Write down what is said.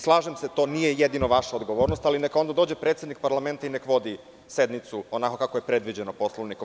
Slažem se, to nije jedino vaša odgovornost, neka onda dođe predsednik parlamenta i nek vodi sednicu onako kako je predviđeno Poslovnikom.